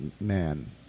man